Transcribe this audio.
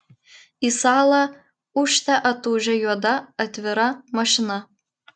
į salą ūžte atūžė juoda atvira mašina